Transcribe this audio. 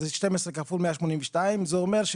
Z 1-4 12 5 13 6 18 7-8 19 9 ומעלה 23